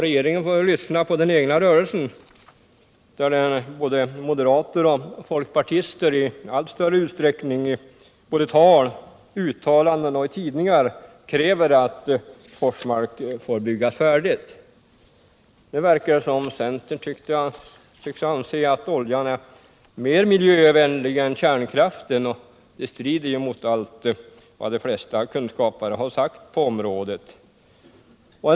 Regeringen får lyssna på den egna rörelsen, där både moderater och folkpartister i tal, uttalanden och i tidningar kräver att Forsmark skall få byggas färdigt. Nu verkar det som om centern tycks anse att oljan är mer miljövänlig än kärnkraften. Det strider mot vad de flesta kunskapare på området har sagt.